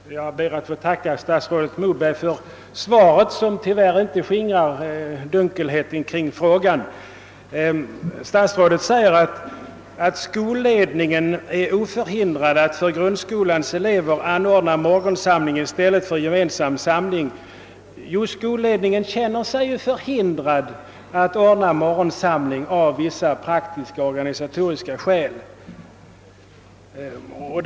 Herr talman! Jag ber att få tacka statsrådet Moberg för svaret, som tyvärr inte skingrar dunklet kring sakfrågan. Statsrådet säger att skolledningen är oförhindrad att för grundskolans elever anordna morgonsamling i stället för gemensam samling. Men skolledningen känner sig i dessa fall just förhindrad att ordna morgonsamling av vissa praktiska, organisatoriska skäl. I annat fall hade man inte sökt dispens.